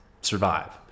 survive